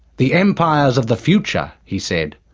the empires of the future, he said,